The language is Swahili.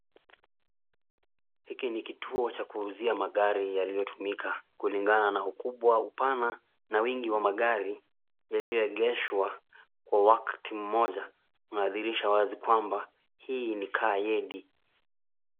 Hiki ni kituo cha kuuzia magari yaliyotumika, kulingana na ukubwa na upana na wingi wa magari, yaliyoegeshwa kwa wakati mmoja, umeadhirisha wazi kwamba hii ni car yedi .